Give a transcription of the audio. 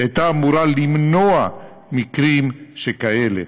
היא הייתה אמורה למנוע מקרים שכאלה.